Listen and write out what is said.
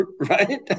right